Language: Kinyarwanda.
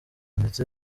ndetse